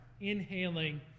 inhaling